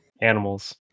Animals